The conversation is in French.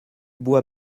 bois